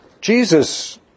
Jesus